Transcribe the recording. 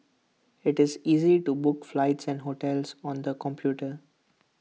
IT is easy to book flights and hotels on the computer